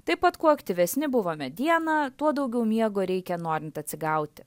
taip pat kuo aktyvesni buvome dieną tuo daugiau miego reikia norint atsigauti